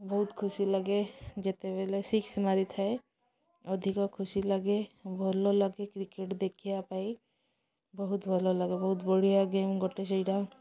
ବହୁତ ଖୁସି ଲାଗେ ଯେତେବେଲେ ସିକ୍ସ ମାରିଥାଏ ଅଧିକ ଖୁସି ଲାଗେ ଭଲ ଲାଗେ କ୍ରିକେଟ୍ ଦେଖିବା ପାଇଁ ବହୁତ ଭଲ ଲାଗେ ବହୁତ ବଢ଼ିଆ ଗେମ୍ ଗୋଟେ ସେଇଟା